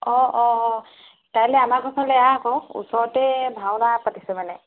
অ অ অ কাইলৈ আমাৰ ঘৰৰ ফালে আহ আকৌ ওচৰতে ভাওনা পাতিছে মানে